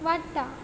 वाडटा